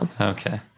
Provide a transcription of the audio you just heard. Okay